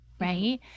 right